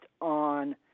on